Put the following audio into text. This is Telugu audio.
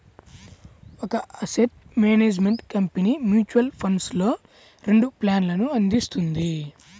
ఒక అసెట్ మేనేజ్మెంట్ కంపెనీ మ్యూచువల్ ఫండ్స్లో రెండు ప్లాన్లను అందిస్తుంది